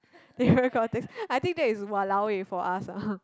I think that is !walao! eh for us